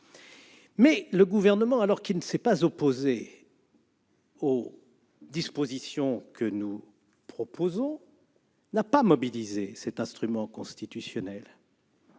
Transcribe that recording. Mais le Gouvernement, alors même qu'il ne s'est pas opposé aux dispositions que nous proposions, n'a pas mobilisé cet instrument constitutionnel.